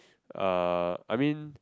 uh I mean